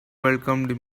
welcomed